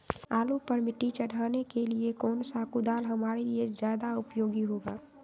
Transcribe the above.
आलू पर मिट्टी चढ़ाने के लिए कौन सा कुदाल हमारे लिए ज्यादा उपयोगी होगा?